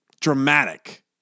Dramatic